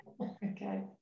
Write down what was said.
okay